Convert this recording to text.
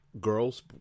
girls